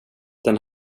den